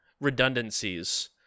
redundancies